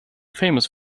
famous